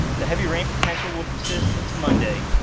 the heavy rain potential will persist into monday.